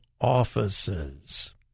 Offices